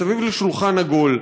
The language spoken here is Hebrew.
מסביב לשולחן עגול,